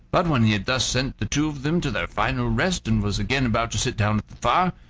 but when he had thus sent the two of them to their final rest, and was again about to sit down at the fire,